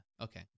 Okay